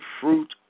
fruit